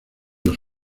los